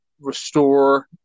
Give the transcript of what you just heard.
restore